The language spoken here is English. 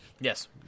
Yes